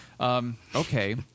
Okay